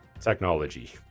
Technology